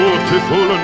Beautiful